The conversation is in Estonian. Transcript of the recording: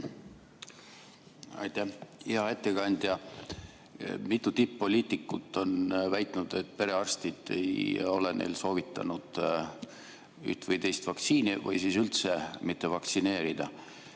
Aitäh! Hea ettekandja! Mitu tipp-poliitikut on väitnud, et perearstid ei ole neile soovitanud üht või teist vaktsiini või [on soovitanud] üldse mitte vaktsineerida.